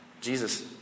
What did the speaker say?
Jesus